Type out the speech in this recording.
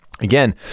Again